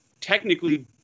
technically